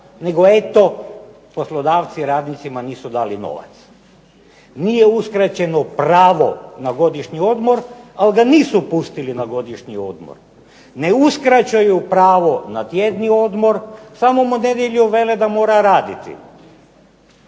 nego eto poslodavci radnicima nisu dali novac. Nije uskraćeno pravo na godišnji odmor ali ga nisu pustili na godišnji odmor. Ne uskraćuju pravo na tjedni odmor samo mu nedjelju vele da mora raditi.